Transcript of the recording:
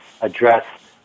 address